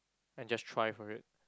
and just strive from it